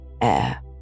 Air